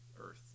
Earth